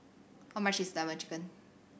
how much is Lemon Chicken